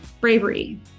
Bravery